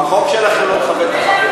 גם החוק שלכם לא מכבד את החברים.